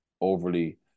overly